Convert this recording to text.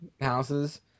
houses